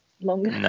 longer